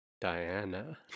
Diana